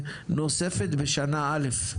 נוספת בשנה א'.